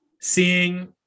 seeing